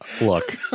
look